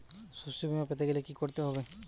শষ্যবীমা পেতে গেলে কি করতে হবে?